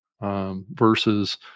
versus